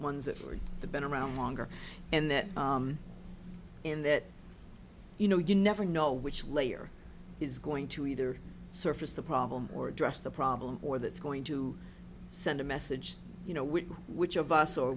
ones that are the been around longer and that in that you know you never know which layer is going to either surface the problem or address the problem or that's going to send a message you know which which of us or